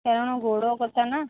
କାରଣ ଗୋଡ଼ କଥା ନା